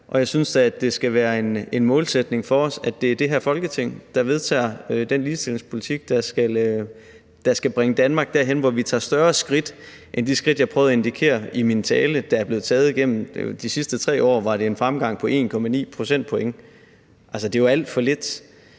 Jeg synes, at det skal være en målsætning for os, at det er det her Folketing, der vedtager den ligestillingspolitik, der skal bringe Danmark derhen, hvor vi tager større skridt end de skridt, jeg prøvede at indikere i min tale der er blevet taget. Igennem de sidste 3 år var det en fremgang på 1,9 procentpoint. Det er jo alt for lidt.